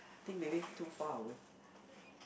think maybe too far away